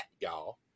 y'all